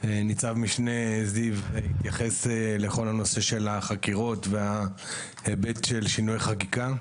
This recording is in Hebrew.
ניצב משנה זיו יתייחס לכל הנושא של החקירות וההיבט של שינוי חקיקה;